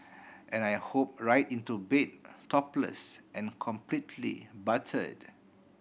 and I hope right into bed topless and completely buttered